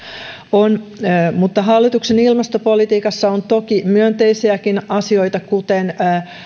mutta hallituksen ilmastopolitiikassa on toki myönteisiäkin asioita kuten